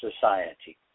society